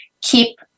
keep